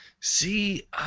See